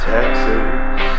Texas